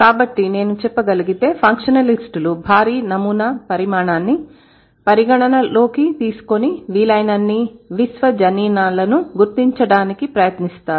కాబట్టి నేను చెప్పగలిగితే ఫంక్షనలిస్టులు భారీ నమూనా పరిమాణాన్ని పరిగణనలోకి తీసుకొని వీలైనన్ని విశ్వజనీనాలను గుర్తించడానికి ప్రయత్నిస్తారు